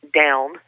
down